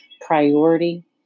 priority